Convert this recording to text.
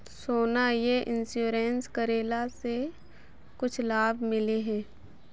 सोना यह इंश्योरेंस करेला से कुछ लाभ मिले है?